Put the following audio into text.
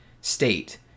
state